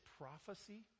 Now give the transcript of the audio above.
prophecy